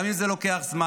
גם אם זה לוקח זמן,